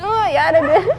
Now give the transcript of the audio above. யாரது:yaarathu